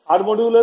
R